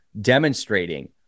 demonstrating